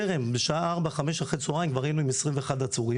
בשעה 17:00 16:00 אחרי הצוהריים כבר היינו עם 21 עצורים